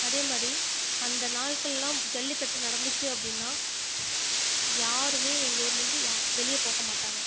அதே மாதிரி அந்த நாள்கள்லாம் ஜல்லிக்கட்டு நடந்துச்சு அப்படின்னா யாருமே எங்கள் ஊரிலேருந்து வெளியே போக மாட்டாங்க